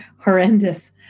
horrendous